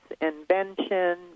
invention